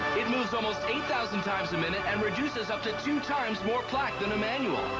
it moves almost eight thousand times a minute and reduces up to two times more plaque than a manual.